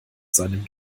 seinem